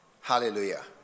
Hallelujah